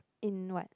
in what